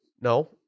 No